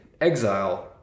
exile